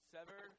Sever